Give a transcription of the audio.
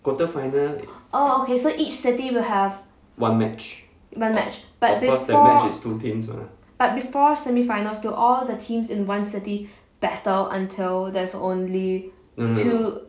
oh okay so each city will have one match but but before but before semi finals do all the teams in one city battle until there's only two